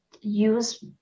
use